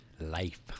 Life